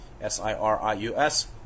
s-i-r-i-u-s